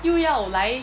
又要来